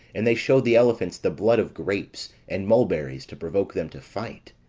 and they shewed the elephants the blood of grapes, and mulberries, to provoke them to fight.